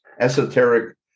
esoteric